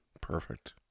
Perfect